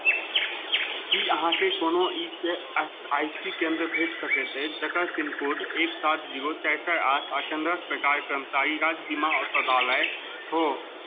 की अहाँकेँ कोनो E S I I C केन्द्र भेटि सकैत अछि जकर पिनकोड एक सात जीरो चारि चारि आठ आ केन्द्रक प्रकार कर्मचारी राज्य बीमा औषधालय हो